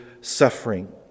suffering